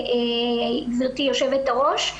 גברתי יושבת הראש,